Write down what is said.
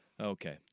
Okay